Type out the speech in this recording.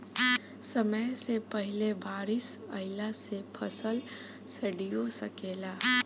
समय से पहिले बारिस अइला से फसल सडिओ सकेला